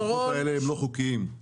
הדוחות האלה לא חוקיים.